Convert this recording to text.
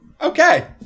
Okay